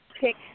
pick